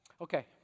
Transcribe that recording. Okay